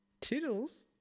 toodles